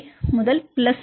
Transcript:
5 முதல் பிளஸ் 0